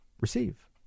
receive